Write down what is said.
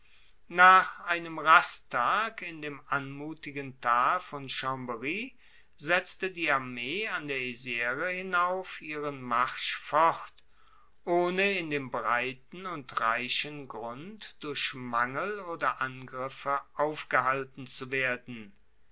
nach einem rasttag in dem anmutigen tal von chambry setzte die armee an der isre hinauf ihren marsch fort ohne in dem breiten und reichen grund durch mangel oder angriffe aufgehalten zu werden